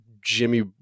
Jimmy